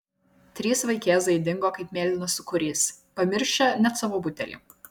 trys vaikėzai dingo kaip mėlynas sūkurys pamiršę net savo butelį